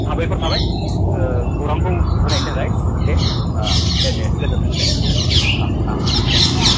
साबायखर थाबाय खौरांखौ होनायनि थाखाय दे दे गोजोन्थों दे गोजोन्थों अ अ दे दे दे